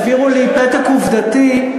העבירו לי פתק עובדתי,